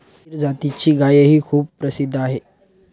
गीर जातीची गायही खूप प्रसिद्ध आहे